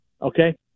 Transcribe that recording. okay